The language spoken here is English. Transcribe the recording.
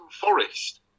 Forest